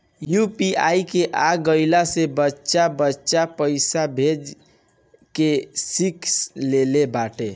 UPI के आ गईला से बच्चा बच्चा पईसा भेजे के सिख लेले बाटे